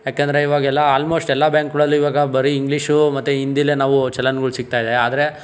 ಯಾಕೆಂದರೆ ಇವಾಗ ಎಲ್ಲ ಆಲ್ಮೊಷ್ಟ್ ಎಲ್ಲ ಬ್ಯಾಂಕ್ಗಳಲ್ಲಿ ಇವಾಗ ಬರೀ ಇಂಗ್ಲೀಷು ಮತ್ತು ಹಿಂದಿಲೇ ನಾವು ಚಲನ್ಗಳು ಸಿಗ್ತಾಯಿದೆ ಆದರೆ